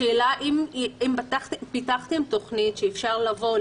השאלה היא האם פיתחתם תכנית שאפשר לבוא,